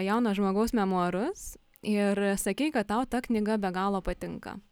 jauno žmogaus memuarus ir sakei kad tau ta knyga be galo patinka